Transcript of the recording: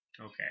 Okay